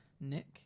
Nick